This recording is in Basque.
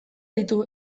ditu